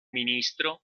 ministro